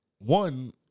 One